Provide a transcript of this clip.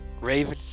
Raven